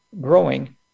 growing